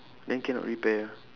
then cannot repair ah